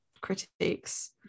critiques